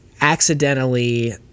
accidentally